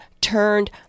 turned